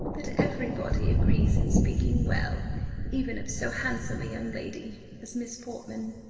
that every body agrees in speaking well even of so handsome a young lady as miss portman.